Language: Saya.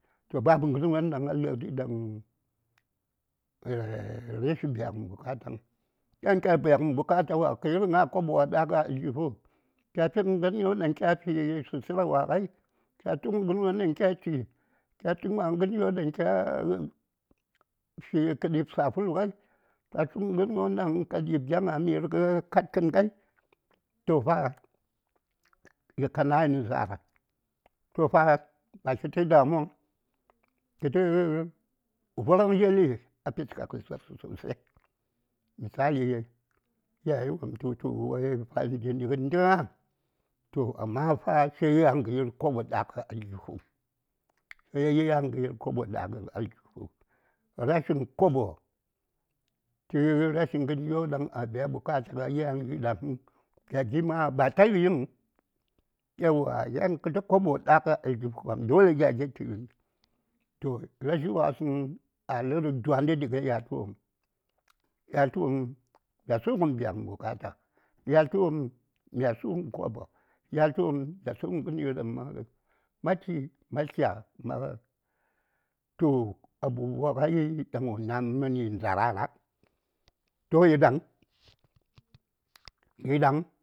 ﻿Toh babu ŋərwon ɗaŋ lə:r ɗi ɗaŋ rashi biyagən bukata yan kya biya ŋən bukata wa kittə ŋa kobo wa kya aljihu kya tuŋən ŋərwon ɗaŋ kya fi sutura wa ŋai kya tuŋən ŋərwon ɗaŋ kya chi kya tu ŋərwon ɗaŋ kya fi kə ɗi:b sahulu ŋai kya tu ŋərwon ɗaŋ ka ɗi:b gya ŋa mi:r kadkən ŋai toh fa yi ka nayi nə za:r toh fa ba kittə damuwaŋ kittə vwaraŋ dzeli a puska ŋə za:rsə sosai misali yeli iyaye wopm tə wultu wai farin jini ŋəndiya toh amma fa sai yan kə yir kobo ɗaŋə aljihu sai yan kə yir kobo ɗaŋə aljihu rashi kobo tə rashi ŋəryo a biya bukataŋai yan yi ɗa həŋ gya gin ma ba ta ri:n həŋ yauwa yan kittə kobo ɗaŋə aljihu kam dole gya gin tə ri:ni toh rashi wasəŋ a lə:r dwandə ɗi a yatlwopm yatlwopm mya suŋən biyaŋən bukata yatlwopm mya suŋən kobo yatlwopm mya suŋən ŋənɗaŋ ma tu ma chi ma tlya ma rə toh abubuwan ɗaŋ wo nami mən yi ndara toh yi ɗaŋ yi ɗaŋ.